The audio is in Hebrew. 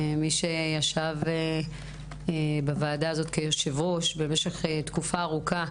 מי שישב בוועדה הזאת כיושב-ראש במשך תקופה ארוכה.